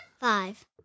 Five